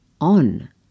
on